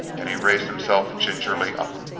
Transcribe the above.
and he raised himself gingerly up.